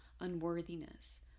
unworthiness